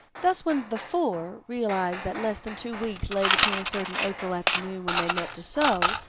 thus, when the four realized that less than two weeks lay between a certain april afternoon when they met to sew,